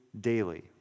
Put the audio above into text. daily